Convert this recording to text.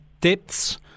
Depths